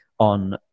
On